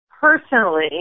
personally